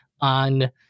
on